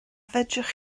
fedrwch